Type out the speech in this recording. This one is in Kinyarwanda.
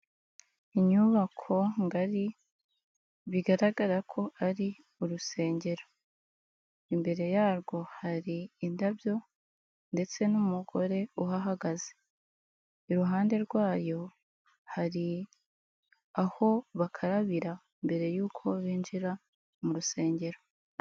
Inyubako ngari bigaragara ko ari urusengero, imbere yarwo hari indabyo ndetse n'umugore uhagaze, iruhande rwayo hari aho bakarabira mbere y'uko binjira mu rusengero.